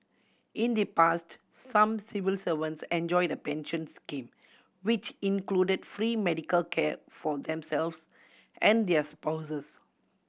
in the past some civil servants enjoyed a pension scheme which included free medical care for themselves and their spouses